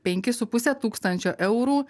penki su puse tūkstančio eurų